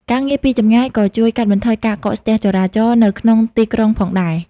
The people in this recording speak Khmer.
ការងារពីចម្ងាយក៏ជួយកាត់បន្ថយការកកស្ទះចរាចរណ៍នៅក្នុងទីក្រុងផងដែរ។